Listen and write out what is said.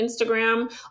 Instagram